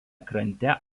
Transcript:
krante